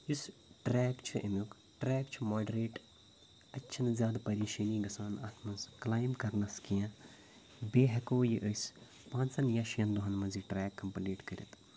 یُس ٹرٛیک چھُ اَمیُک ٹرٛیک چھُ موڈریٹ اتہِ چھِنہٕ زیادٕ پَریشٲنۍ گَژھان اَتھ منٛز کٕلایمب کَرنَس کینٛہہ بییہِ ہیکو یہِ أسۍ پانٛژَن یا شٮ۪ن دوٚہَن منٛز یہِ ٹرٛیک کَمپٕلیٖٹ کٕرِتھ